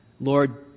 Lord